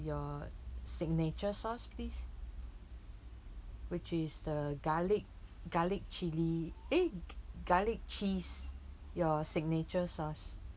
your signature sauce please which is the garlic garlic chilli eh garlic cheese your signature sauce